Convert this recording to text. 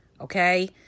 okay